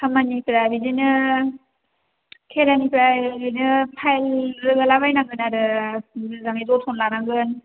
खामानिफ्रा बिदिनो केरानिफ्रा ओरैनो फाइल रोगाला बायनांगोन आरो मोजाङै जोथोन लानांगोन